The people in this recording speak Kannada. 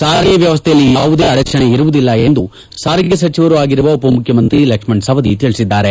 ಸಾರಿಗೆ ವ್ಯವಸ್ಥೆಯಲ್ಲಿ ಯಾವುದೇ ಅಡಚಣೆ ಇರುವುದಿಲ್ಲ ಎಂದು ಸಾರಿಗೆ ಸಚಿವರೂ ಆಗಿರುವ ಉಪ ಮುಖ್ಯಮಂತ್ರಿ ಲಕ್ಷಣ ಸವದಿ ತಿಳಿಸಿದ್ದಾರೆ